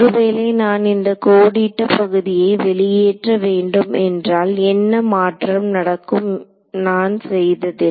ஒருவேளை நான் இந்த கோடிட்ட பகுதியை வெளியேற்ற வேண்டும் என்றால் என்ன மாற்றம் நடக்கும் நான் செய்ததில்